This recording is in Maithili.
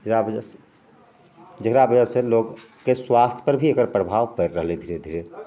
इएह वजह सऽ जेकरा वजह सऽ लोगके स्वास्थ पर भी एकर प्रभाव पड़ि रहलै धीरे धीरे